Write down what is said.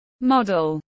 model